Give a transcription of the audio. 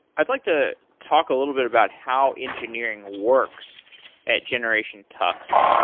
i'd like to talk a little bit about how engineering works at generation tux.